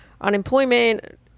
unemployment